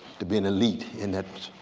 to be an elite in that